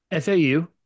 FAU